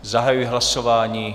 Zahajuji hlasování.